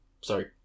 Sorry